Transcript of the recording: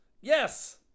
Yes